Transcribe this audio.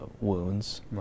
wounds